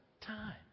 time